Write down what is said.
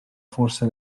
força